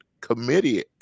committee